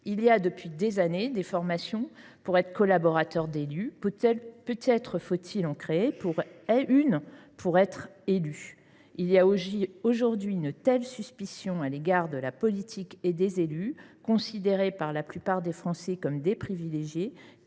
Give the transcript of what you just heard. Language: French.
Il existe, depuis des années, des formations pour devenir collaborateur d’élu. Peut être faudrait il en créer une pour être élu ? Il y a aujourd’hui une telle suspicion à l’égard de la politique et des élus, considérés par la plupart des Français comme des privilégiés,